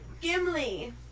Gimli